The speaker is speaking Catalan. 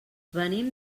venim